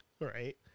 right